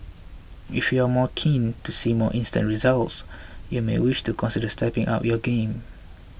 if you're more keen to see more instant results you may wish to consider stepping up your game